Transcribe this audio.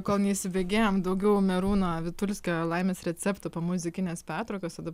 kol neįsibėgėjom daugiau merūno vitulskio laimės receptų po muzikinės pertraukos dabar